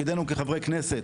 תפקידנו כחברי כנסת